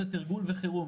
זה תרגול וחירום,